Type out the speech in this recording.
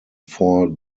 four